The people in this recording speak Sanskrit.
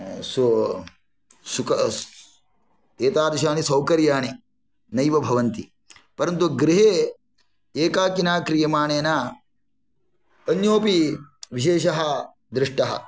एतादृशाणि सौकर्याणि नैव भवन्ति परन्तु गृहे एकाकिना क्रियमाणेन अन्योपि विशेषः दृष्टः